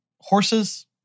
horses